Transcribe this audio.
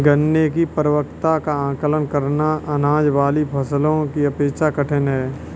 गन्ने की परिपक्वता का आंकलन करना, अनाज वाली फसलों की अपेक्षा कठिन है